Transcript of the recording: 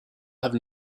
have